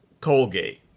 Colgate